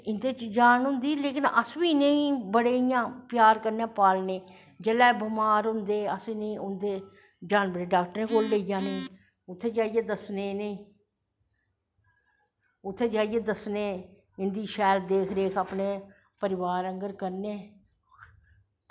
इंदे त जान होंदी लेकिन अस बी इनेंगी इयां प्यार कन्नैं पालनें जिसलै बमार होंदे अस उंदे जानवर डाक्टरें कोल लेई जन्नें उत्थें जाइयै दस्सनें इनेंगी उत्थें जाइयै दस्सनें उत्थें जाइयै शैल देख रेख अपनें परिवार आंगर करनें